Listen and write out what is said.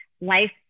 life